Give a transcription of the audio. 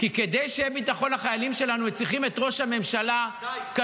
איך ראש הממשלה --- אני לא מבין.